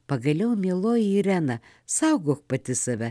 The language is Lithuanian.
pagaliau mieloji irena saugo pati save